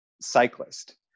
cyclist